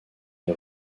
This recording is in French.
les